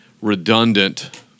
redundant